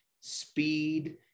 speed